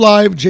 Live